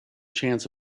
chance